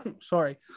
Sorry